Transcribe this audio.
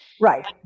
right